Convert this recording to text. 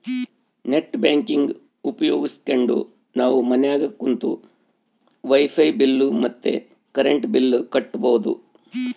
net banking ಉಪಯೋಗಿಸ್ಕೆಂಡು ನಾವು ಮನ್ಯಾಗ ಕುಂತು ವೈಫೈ ಬಿಲ್ ಮತ್ತೆ ಕರೆಂಟ್ ಬಿಲ್ ಕಟ್ಬೋದು